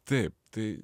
taip tai